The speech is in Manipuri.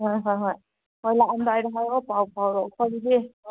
ꯍꯣꯏ ꯍꯣꯏ ꯍꯣꯏ ꯂꯥꯛꯑꯝꯗꯥꯏꯗ ꯍꯥꯏꯔꯛꯑꯣ ꯄꯥꯎ ꯐꯥꯎꯔꯛꯎꯀꯣ ꯑꯗꯨꯗꯤ